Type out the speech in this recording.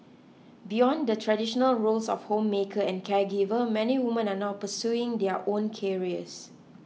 beyond the traditional roles of homemaker and caregiver many women are now pursuing their own careers